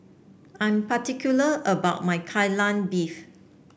I am particular about my Kai Lan Beef